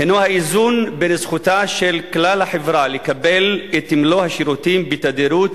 הינו האיזון בין זכותה של כלל החברה לקבל את מלוא השירותים בתדירות